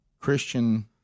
Christian